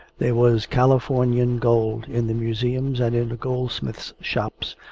there was californian gold in the museums and in the goldsmiths' shops,